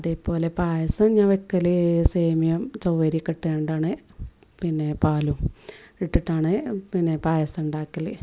അതേപോലെ പായസം ഞാന് വെക്കൽ സേമിയയും ചവ്വരിയും ഒക്കെ ഇട്ടു കൊണ്ടാണ് പിന്നെ പാലും ഇട്ടിട്ടാണ് പിന്നെ പായസം ഉണ്ടാക്കൽ